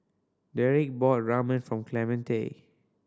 Derek bought Ramen from Clemente